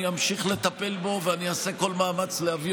אני אמשיך לטפל בו ואני אעשה כל מאמץ להביא